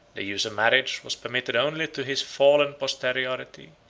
the use of marriage was permitted only to his fallen posterity,